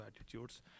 attitudes